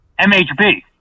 MHB